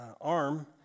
arm